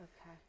Okay